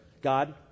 God